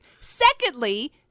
Secondly